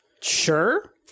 Sure